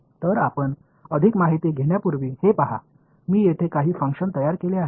तर आपण अधिक माहिती घेण्यापूर्वी हे पहा मी येथे काही फंक्शन्स तयार केले आहेत